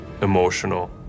emotional